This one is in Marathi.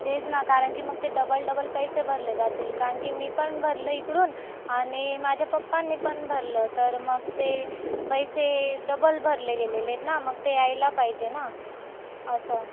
तेच ना कारण की मग ते डबल डबल पैसे भरले जातील कारण की मी पण भरलं इकडून आणि माझ्या पप्पांनी पण भरलं तर मग ते पैसे डबल भरले गेलेले आहेत ना मग ते यायला पाहिजे ना असं